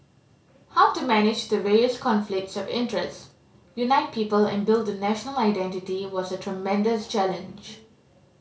how to manage the various conflicts of interest unite people and build a national identity was a tremendous challenge